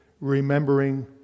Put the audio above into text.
Remembering